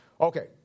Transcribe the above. Okay